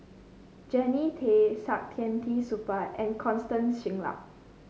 Jannie Tay Saktiandi Supaat and Constance Singam